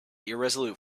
irresolute